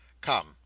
Come